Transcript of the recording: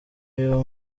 ayo